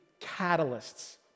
catalysts